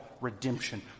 redemption